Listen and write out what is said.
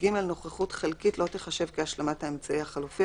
נוכחות חלקית לא תיחשב כהשלמת האמצעי החלופי,